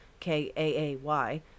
kaay